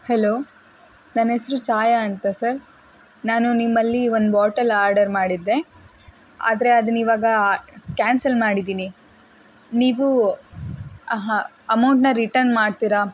hello ನನ್ನ ಹೆಸ್ರು ಛಾಯಾ ಅಂತ ಸರ್ ನಾನು ನಿಮ್ಮಲ್ಲಿ ಒಂದು ಬಾಟಲ್ ಆರ್ಡರ್ ಮಾಡಿದ್ದೆ ಆದರೆ ಅದನ್ನು ಇವಾಗ ಕ್ಯಾನ್ಸಲ್ ಮಾಡಿದೀನಿ ನೀವು ಅಮೌಂಟನ್ನು ರಿಟನ್ ಮಾಡ್ತೀರಾ